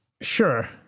sure